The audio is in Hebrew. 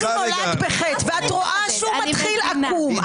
ואת רואה שהוא מתחיל עקום,